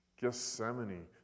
Gethsemane